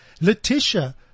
Letitia